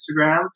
Instagram